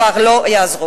כבר לא יעזרו.